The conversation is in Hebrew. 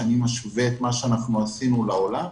כשאני משווה את מה שאנחנו עשינו לעולם.